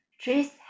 Trees